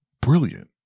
brilliant